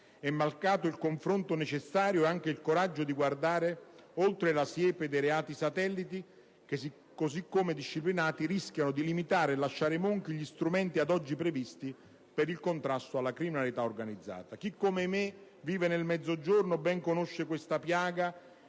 È mancato il confronto necessario e anche il coraggio di guardare oltre la siepe dei reati satelliti, che così come disciplinati rischiano di limitare e lasciare monchi gli strumenti ad oggi previsti per il contrasto alla criminalità organizzata. Chi come me vive nel Mezzogiorno conosce bene questa piaga,